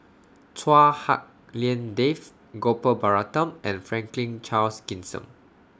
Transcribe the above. Chua Hak Lien Dave Gopal Baratham and Franklin Charles Gimson